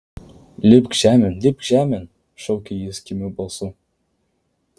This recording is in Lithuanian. lipk žemėn lipk žemėn šaukė jis kimiu balsu